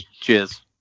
Cheers